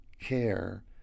care